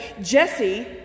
Jesse